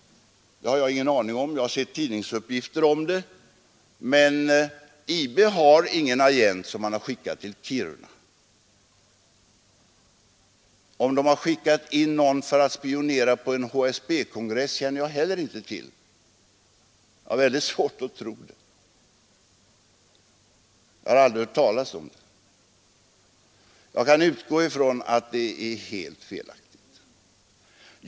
Det har jag ingen aning om. Jag har sett tidningsuppgifter om det, men IB har ingen agent som skickats till Kiruna. Om IB har skickat någon för att spionera på en HSB-kongress känner jag inte heller till. Jag har väldigt svårt att tro det. Jag har aldrig hört talas om det, och jag utgår ifrån att det är helt felaktigt.